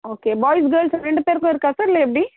okay boys girls ரெண்டு பேருக்கும் இருக்கா சார் இல்லை எப்படி